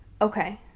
Okay